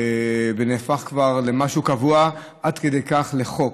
וזה כבר נהפך למשהו קבוע, עד כדי כך, לחוק.